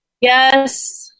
Yes